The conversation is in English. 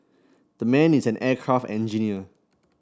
that man is an aircraft engineer